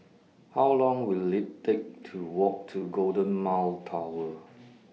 How Long Will IT Take to Walk to Golden Mile Tower